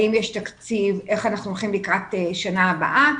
אם יש תקציב, איך אנחנו הולכים לקראת השנה הבאה,